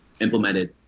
implemented